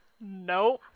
No